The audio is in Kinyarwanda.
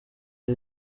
ari